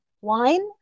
Wine